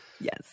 Yes